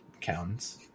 counts